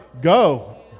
Go